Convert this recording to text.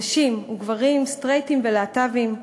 נשים וגברים, סטרייטים ולהט"בים.